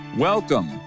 Welcome